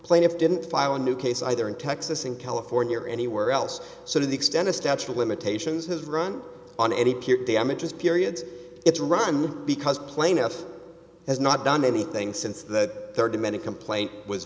plaintiff didn't file a new case either in texas in california or anywhere else so to the extent a statute of limitations has run on any peer damages periods it's run because the plaintiff has not done anything since that to many complaint was